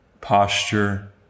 posture